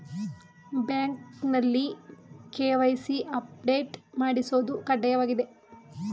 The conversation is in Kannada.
ಬ್ಯಾಂಕ್ನಲ್ಲಿ ಕೆ.ವೈ.ಸಿ ಅಪ್ಡೇಟ್ ಮಾಡಿಸೋದು ಕಡ್ಡಾಯವಾಗಿದೆ